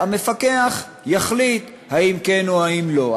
והמפקח יחליט אם כן או אם לא.